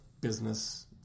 business